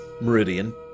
Meridian